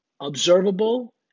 observable